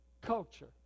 culture